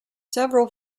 several